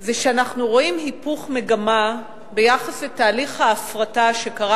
זה שאנחנו רואים היפוך מגמה ביחס לתהליך ההפרטה שקרה